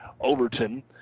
Overton